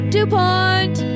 DuPont